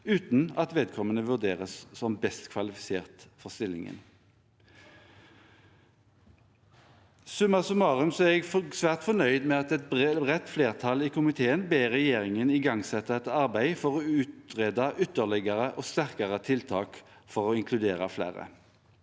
uten at vedkommende vurderes som best kvalifisert for stillingen. Summa summarum er jeg svært fornøyd med at et bredt flertall i komiteen ber regjeringen igangsette et arbeid for å utrede ytterligere og sterkere tiltak for å inkludere flere,